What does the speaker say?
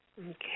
Okay